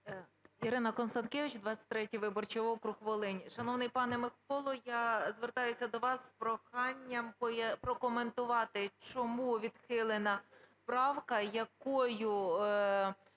Ірина Констанкевич, 23 виборчий округ, Волинь. Шановний пане Миколо, я звертаюся до вас з проханням прокоментувати, чому відхилена правка, якою